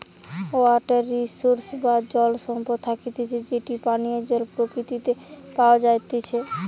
water resource বা জল সম্পদ থাকতিছে যেটি পানীয় জল প্রকৃতিতে প্যাওয়া জাতিচে